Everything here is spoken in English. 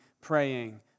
praying